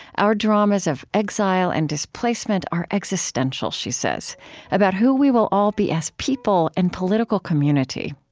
our dramas of exile and displacement are existential, she says about who we will all be as people and political community.